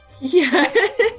Yes